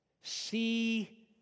see